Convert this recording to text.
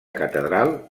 catedral